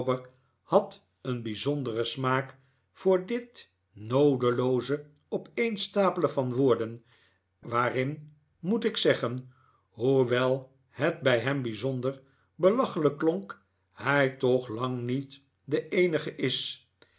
had een bijzonderen smaak voor dit noodelooze opeenstapelen van woorden waarin moet ik zeggen hoewel het bij hem bijzonder belachelijk klonk hij toch lang niet de eenige is